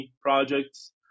projects